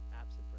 absent